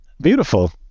beautiful